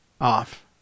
off